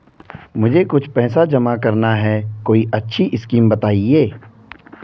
मुझे कुछ पैसा जमा करना है कोई अच्छी स्कीम बताइये?